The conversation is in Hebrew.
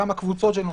כמה קבוצות של נושאים.